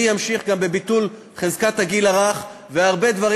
אני אמשיך גם בביטול חזקת הגיל הרך והרבה דברים